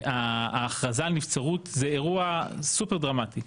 ההכרזה על נבצרות זה אירוע סופר דרמטי.